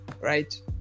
right